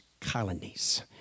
colonies